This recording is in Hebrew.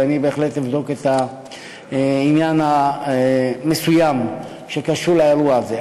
ואני בהחלט אבדוק את העניין המסוים שקשור לאירוע הזה.